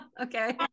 okay